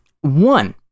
One